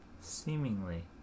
seemingly